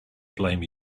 blame